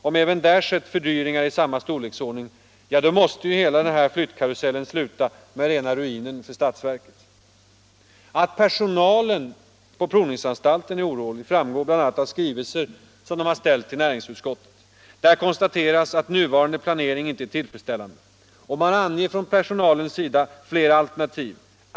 Om det även där har skett fördyringar i samma storleksordning, så måste ju hela denna flyttningskarusell sluta med rena ruinen för statsverket. Att personalen vid provningsanstalten är orolig framgår bl.a. av skrivelser från de anställda till näringsutskottet. Däri konstateras att den nuvarande planeringen inte är tillfredsställande. Man anger från personalen flera alternativ.